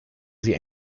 sie